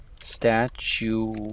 Statue